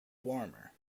warmer